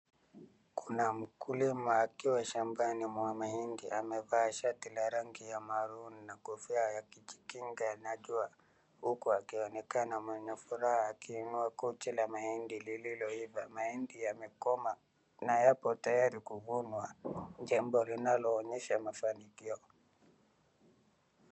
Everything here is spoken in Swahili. Kuna mkulima akiwa shambani mwa mahindi amevaa shati la rangi ya maroon na kofia ya kujikinga na jua, huku akionekana mwenye furaha akiinua kochi la mahindi lililoiva, mahindi yamekomaa na yako tayari kuvunwa. Jambo linalo onyesha mafanikio.